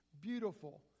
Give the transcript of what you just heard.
beautiful